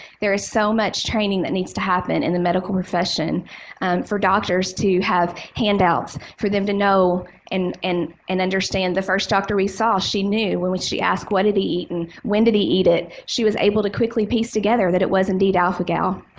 there is so much training that needs to happen in the medical profession for doctors to have handouts for them to know and and understand. the first doctor we saw she knew when when she asked what did he eaten, when did he eat it? she was able to quickly piece together that it was indeed alpha-gal.